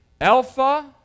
Alpha